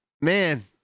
man